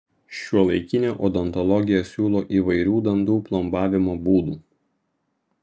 šiuolaikinė odontologija siūlo įvairių dantų plombavimo būdų